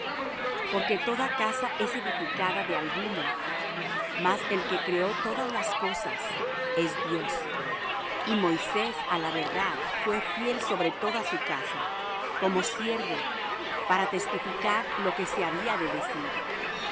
porque toda casa es edificada de alguno mas el que crió todas las cosas es dios y moisés á la verdad fué fiel sobre toda su casa como siervo para testificar lo que se había de decir